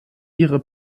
ihre